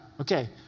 Okay